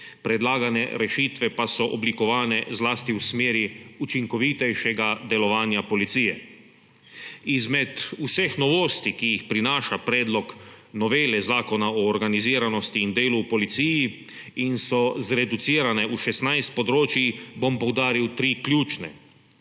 Predlagane rešitve pa so oblikovane zlasti v smeri učinkovitejšega delovanja policije. Izmed vseh novosti, ki jih prinaša predlog novele Zakona o organiziranosti in delu v policiji in so zreducirane v šestnajst področij, bom poudaril tri ključne.